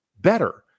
better